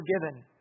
forgiven